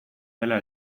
dela